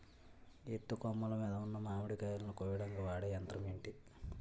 ఎత్తు కొమ్మలు మీద ఉన్న మామిడికాయలును కోయడానికి వాడే యంత్రం ఎంటి?